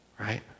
Right